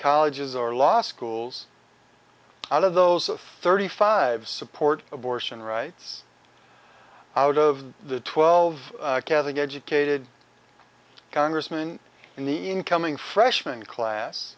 colleges or law schools out of those thirty five support abortion rights out of the twelve catholic educated congressman in the incoming freshman class